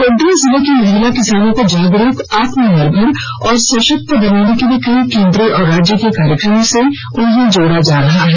गोड्डा जिले की महिला किसानों को जागरूक आत्मनिर्भर और सशक्त बनाने के लिए कई केंद्रीय और राज्य के कार्यक्रमों से जोड़ा जा रहा है